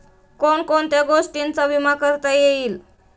कोण कोणत्या गोष्टींचा विमा करता येईल?